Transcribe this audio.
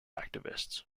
activists